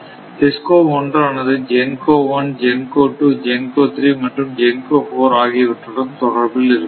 DISCO 1 ஆனது GENCO 1 GENCO 2 GENCO 3 மற்றும் GENCO 4 ஆகியவற்றுடன் தொடர்பில் இருக்கலாம்